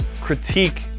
critique